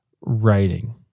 writing